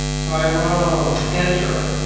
tyrone. enter.